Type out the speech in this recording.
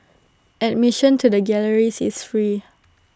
admission to the galleries is free